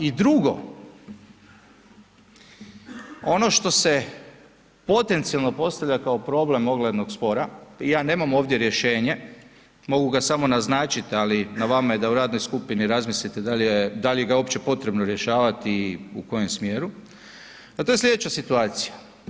I drugo, ono što se potencijalno postavlja kao problem oglednog spora, ja nemam ovdje rješenje, mogu ga samo naznačit ali na vama je da u radnoj skupni razmislite da li ga je uopće potrebno rješavati i u kojem smjeru, a to je sljedeća situacija.